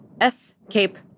S-Cape